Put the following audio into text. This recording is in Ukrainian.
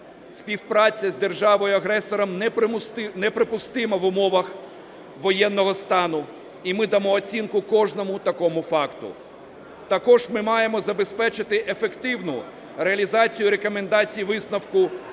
Співпраця з державою-агресором неприпустима в умовах воєнного стану, і ми дамо оцінку кожному такому факту. Також ми маємо забезпечити ефективну реалізацію рекомендацій висновку